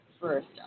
first